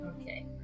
Okay